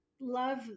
love